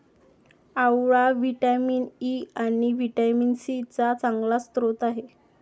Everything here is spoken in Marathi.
आवळा व्हिटॅमिन ई आणि व्हिटॅमिन सी चा चांगला स्रोत आहे